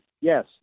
yes